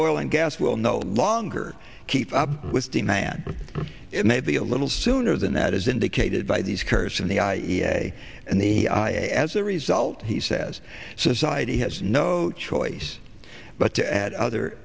oil and gas will no longer keep up with demand it may be a little sooner than that is indicated by these cars and the i a e a and the as a result he says society has no choice but to add other